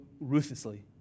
ruthlessly